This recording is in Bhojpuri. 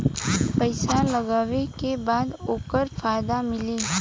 पइसा लगावे के बाद ओकर फायदा मिली